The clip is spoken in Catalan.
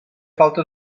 falta